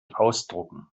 ausdrucken